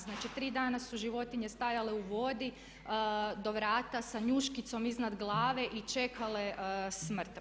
Znači 3 dana su životinje stajale u vodi do vrata sa njuškicom iznad glave i čekale smrt.